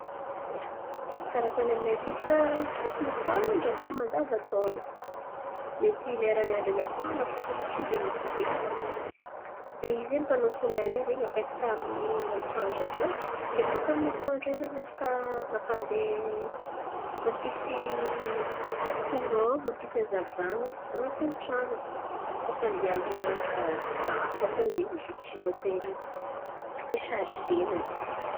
Ia, karà ataony aminay aty bàka misy masoandra fo mandava-taon̈o. Mety lerany andran'ny asara fo tsy de misy be. De io zen̈y panô solaira io zen̈y apetaka amin'ny masoandra iô. Ke bòka amin'ny masoandra io zen̈y afaka mampandeha mampisy koràn mampisy hazavan̈a an̈atin'ny trano. Afaka ampindihan̈ana raha hafa koa zen̈y izy io tsy voatery afaka isarizena zen̈y.